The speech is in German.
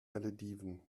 malediven